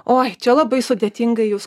oi čia labai sudėtingai jūs